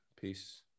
Peace